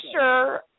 sure